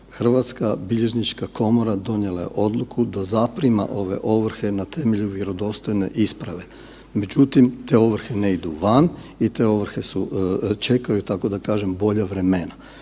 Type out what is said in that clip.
Hrvatska bilježnička komora donijela je odluku da zaprima ove ovrhe na temelju vjerodostojne isprave, međutim te ovrhe ne idu van i te ovrhe čekaju tako da kažem bolja vremena.